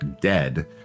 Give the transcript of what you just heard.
dead